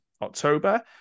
October